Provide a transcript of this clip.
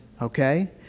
okay